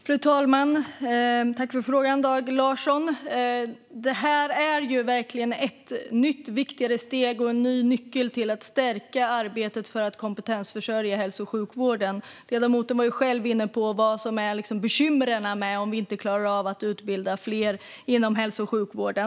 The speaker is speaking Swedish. Fru talman! Tack för frågan, Dag Larsson! Det här är verkligen ett nytt steg och en ny nyckel när det gäller att stärka arbetet för att kompetensförsörja hälso och sjukvården. Ledamoten var själv inne på vad som är bekymren med om vi inte klarar av att utbilda fler inom hälso och sjukvården.